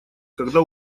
когда